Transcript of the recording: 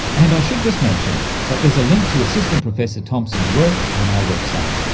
and i should just mention that there's a link to assistant professor thompson's work on our website.